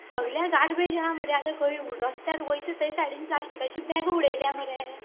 सगल्या गार्बेज आहा मरे आतां खंय रस्त्यार वयता थंय सायडीन प्लास्टिकाची बॅगां उडयल्या मरे